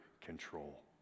control